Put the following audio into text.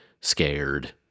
scared